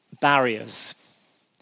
barriers